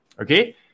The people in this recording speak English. okay